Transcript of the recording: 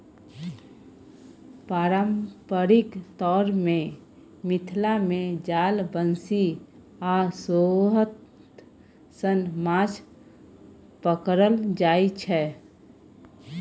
पारंपरिक तौर मे मिथिला मे जाल, बंशी आ सोहथ सँ माछ पकरल जाइ छै